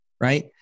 Right